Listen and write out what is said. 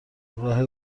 راه